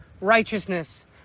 righteousness